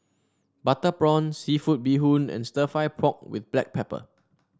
Butter Prawn seafood Bee Hoon and stir fry pork with Black Pepper